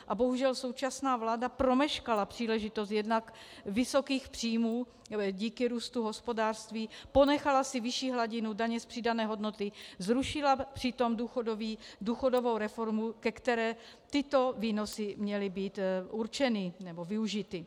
A bohužel současná vláda promeškala příležitost jednak vysokých příjmů díky růstu hospodářství, ponechala si vyšší hladinu daně z přidané hodnoty, zrušila přitom důchodovou reformu, ke které tyto výnosy měly být určeny nebo využity.